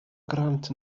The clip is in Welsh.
grant